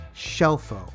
Shelfo